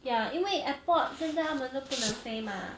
ya 因为 airport 现在他们都不能飞吗